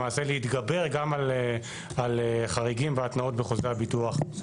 למעשה להתגבר גם על חריגים והתנאות בחוזה הביטוח.